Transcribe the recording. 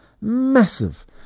massive